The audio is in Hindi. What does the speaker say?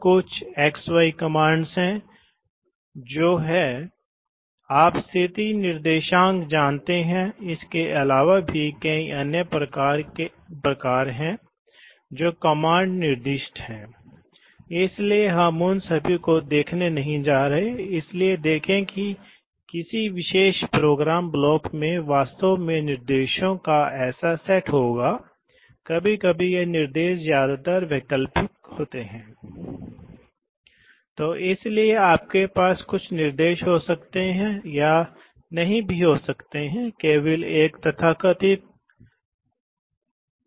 तो इसलिए आपूर्ति सीधे टैंक में जाती है अब मान लें कि यह वहां नहीं है जिसका अर्थ है कि अब यह स्थिति है लेकिन यहां यह है इसलिए आप देखते हैं इस स्थिति में यह जुड़ा हुआ है इस स्थिति के लिए या यह वास्तव में इस स्थिति से जुड़ा हुआ है और ठीक है बल्कि यह इस स्थिति से जुड़ा हुआ है जिसे आप देखते हैं यह वास्तव में इस दूसरे पक्ष से जुड़ा हुआ है इसलिए वास्तव में यह वहां नहीं जाएगा बल्कि यह बाईं ओर जाएं